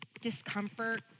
discomfort